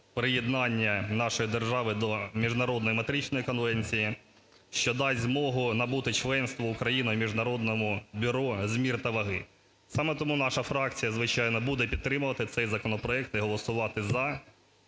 приєднання нашої держави до міжнародної Метричної конвенції, що дасть змогу набути членства України і Міжнародного бюро з мір та ваги. Саме тому наша фракція, звичайно, буде підтримувати цей законопроект і голосувати "за",